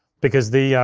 because the,